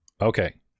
Okay